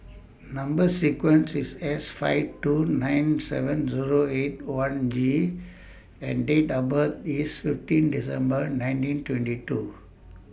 Number sequence IS S five two nine seven Zero eight one G and Date of birth IS fifteenth December nineteen twenty two